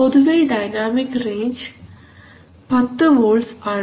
പൊതുവേ dynamic range 10 volts ആണ്